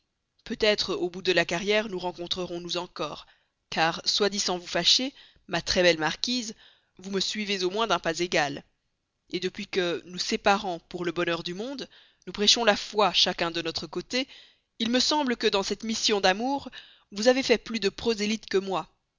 peut-être au bout de la carrière nous rencontrerons-nous encore car soit dit sans vous fâcher ma très belle marquise vous me suivez au moins d'un pas égal depuis que nous séparant pour le bonheur du monde nous prêchons la foi chacun de notre côté il me semble que dans cette mission d'amour vous avez fait plus de prosélytes que moi